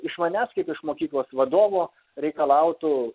iš manęs kaip iš mokyklos vadovo reikalautų